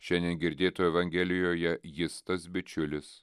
šiandien girdėto evangelijoje jis tas bičiulis